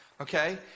Okay